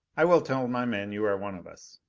i will tell my men you are one of us.